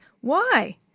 Why